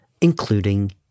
including